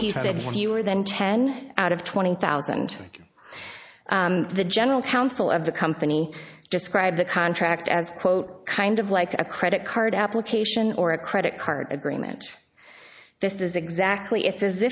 he said he would then ten out of twenty thousand the general counsel of the company described the contract as quote kind of like a credit card application or a credit card agreement this is exactly it's as